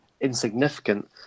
insignificant